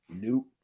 nope